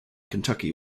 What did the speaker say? kentucky